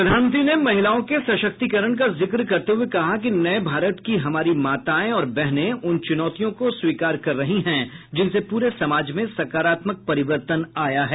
प्रधानमंत्री ने महिलाओं के सशक्तिकरण का जिक्र करते हुए कहा कि नये भारत की हमारी मातायें और बहनें उन चुनौतियों को स्वीकार कर रही हैं जिनसे पूरे समाज में सकारात्मक परिवर्तन आया है